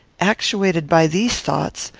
actuated by these thoughts,